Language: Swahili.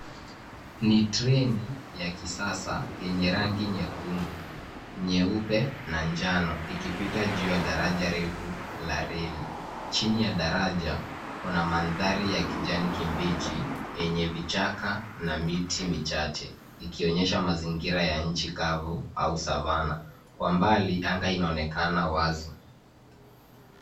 Ni treni, ya kisasa, yenye rangi nyekundu, nyeupe na njano ikipita juu ya daraja refu la reli. Chini ya daraja, kuna mandhari ya kijani kibichi yenye vichaka na miti michache, ikionyesha mazingira ya nchi kavu au savana. Kwa mbali, anga inaonekana wazi.